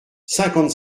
cinquante